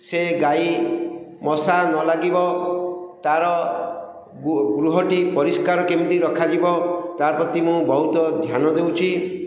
ସେ ଗାଈ ମଶା ନ ଲାଗିବ ତା'ର ଗୃହଟି ପରିଷ୍କାର କେମିତି ରଖାଯିବ ତା'ର ପ୍ରତି ମୁଁ ବହୁତ ଧ୍ୟାନ ଦେଉଛି